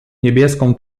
niebieską